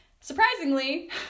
Surprisingly